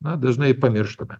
na dažnai pamirštame